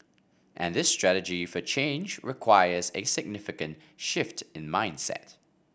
and this strategy for change requires a significant shift in mindset